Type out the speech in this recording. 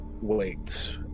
wait